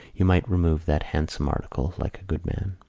you might remove that handsome article, like a good man.